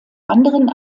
anderen